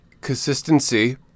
Consistency